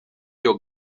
iyo